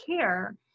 care